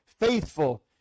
faithful